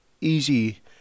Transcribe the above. easy